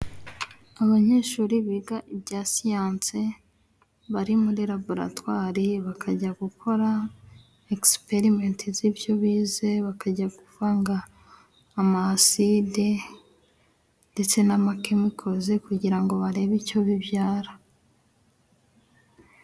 Abanyeshuri biga ibya siyanse bari muri Laboratwari bakajya gukora egisiperimenti z'ibyo bize bakajya guvanga ama Aside ndetse na amakemikozi kugira ngo barebe icyo bibyara.